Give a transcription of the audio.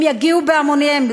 הם יגיעו בהמוניהם.